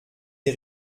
des